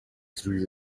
through